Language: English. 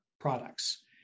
products